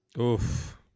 Oof